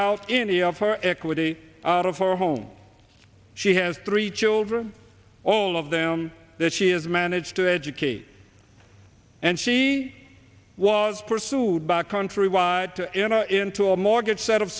out any of her equity out of her home she has three children all of them that she has managed to educate and she was pursued by countrywide to enter into a mortgage set of